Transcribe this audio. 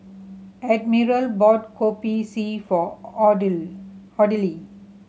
Admiral bought Kopi C for Audley